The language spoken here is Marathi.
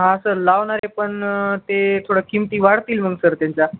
हा सर लावणारे पण ते थोडं किमती वाढतील मग सर त्यांच्या